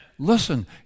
Listen